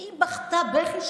והיא בכתה בכי,